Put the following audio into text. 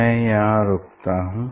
मैं यहाँ रुकता हूँ